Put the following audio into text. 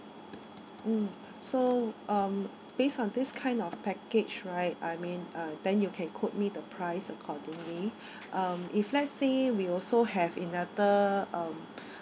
mm so um based on this kind of package right I mean uh then you can quote me the price accordingly um if let's say we also have another uh